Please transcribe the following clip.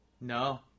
No